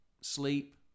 sleep